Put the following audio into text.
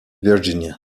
virginia